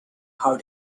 how